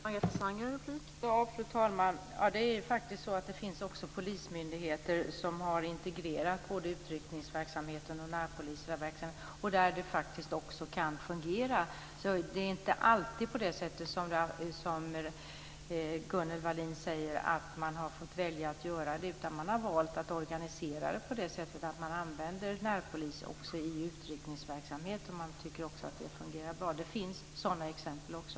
Fru talman! Det finns också polismyndigheter som har integrerat utryckningsverksamheten och närpolisverksamheten och där det faktiskt fungerar. Det är inte alltid på det sättet som Gunnel Wallin säger, att man har fått lov att välja att göra på det sättet. Man har valt att organisera det på det sättet att man använder närpolis också i utryckningsverksamheten. Man tycker också att det fungerar bra. Det finns sådana exempel också.